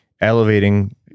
Elevating